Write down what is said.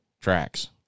tracks